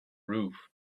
roof